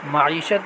معیشت